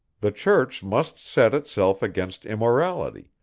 the church must set itself against immorality,